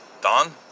Don